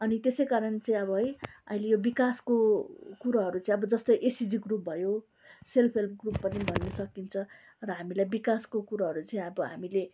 अनि त्यसैकारण चाहिँ अब है अहिले यो विकासको कुराहरू चाहिँ अब जस्तै एसएचजी ग्रुप भयो सेल्फ हेल्प ग्रुप पनि भन्न सकिन्छ र हामीलाई विकासको कुराहरू चाहिँ अब हामीले